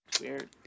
Weird